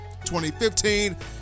2015